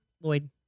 Lloyd